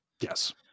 Yes